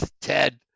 Ted